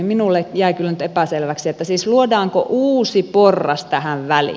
minulle jäi kyllä nyt epäselväksi luodaanko siis uusi porras tähän väliin